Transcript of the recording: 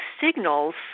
signals